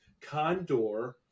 condor